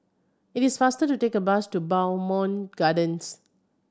it is faster to take a bus to Bowmont Gardens